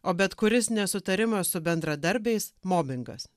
o bet kuris nesutarimas su bendradarbiais mobingas